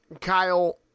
Kyle